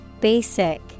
Basic